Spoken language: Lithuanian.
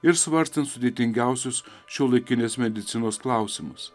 ir svarstant sudėtingiausius šiuolaikinės medicinos klausimus